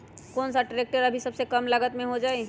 कौन सा ट्रैक्टर अभी सबसे कम लागत में हो जाइ?